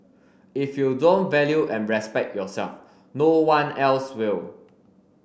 if you don't value and respect yourself no one else will